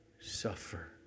suffer